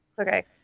okay